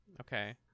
Okay